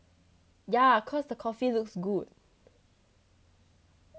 ya cause the coffee looks good